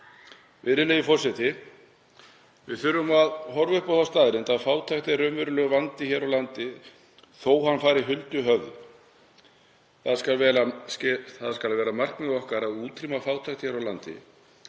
Virðulegi forseti. Við þurfum að horfa upp á þá staðreynd að fátækt er raunverulegur vandi hér á landi þó að hann fari huldu höfði. Það skal vera markmið okkar að útrýma fátækt hér á landi.